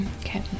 Okay